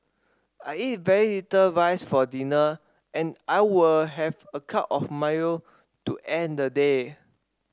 I eat very little rice for dinner and I will have a cup of Milo to end the day